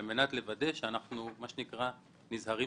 על מנת לוודא שאנחנו נזהרים בפושרין.